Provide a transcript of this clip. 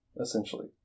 essentially